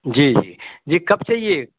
जी जी जी कब चाहिए